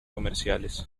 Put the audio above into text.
comerciales